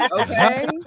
okay